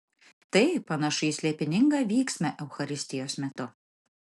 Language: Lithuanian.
tai panašu į slėpiningą vyksmą eucharistijos metu